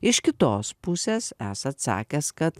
iš kitos pusės esat sakęs kad